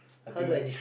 I think that